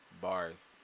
Bars